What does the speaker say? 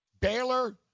Baylor